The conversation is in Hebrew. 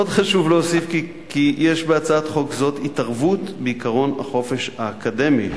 עוד חשוב להוסיף כי יש בהצעת חוק זאת התערבות בעקרון החופש האקדמי,